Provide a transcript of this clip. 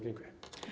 Dziękuję.